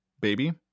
baby